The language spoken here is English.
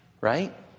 right